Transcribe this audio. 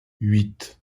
huit